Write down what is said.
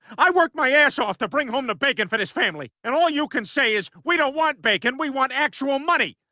i worked my ass off to bring home the bacon for this family and all you can say is we don't want bacon we want actual money,